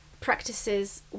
practices